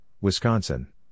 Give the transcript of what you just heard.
Wisconsin